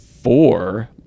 four